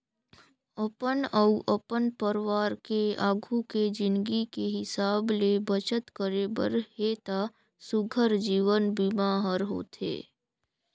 अपन अउ अपन परवार के आघू के जिनगी के हिसाब ले बचत करे बर हे त सुग्घर जीवन बीमा हर होथे